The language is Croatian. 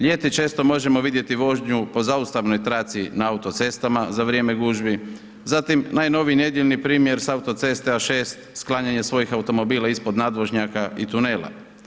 Ljeti često možemo vidjeti vožnju po zaustavnoj traci na autocestama za vrijeme gužvi, zatim najnoviji nedjeljni primjer sa autoceste A6 sklanjanje svojih automobila ispod nadvožnjaka i tunela.